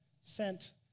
sent